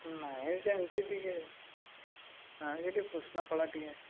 ନାହିଁ ସେମିତି ଟିକିଏ ନାହିଁ ସେ ଟିକେ କୃଷ୍ଣ କଳା ଟିକେ